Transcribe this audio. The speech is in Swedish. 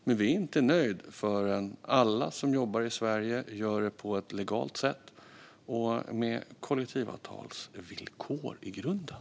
Men vi är inte nöjda förrän alla som jobbar i Sverige gör det på ett legalt sätt och med kollektivavtalsvillkor i grunden.